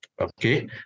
okay